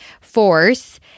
force